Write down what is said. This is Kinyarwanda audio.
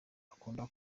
akunda